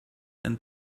and